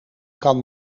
kan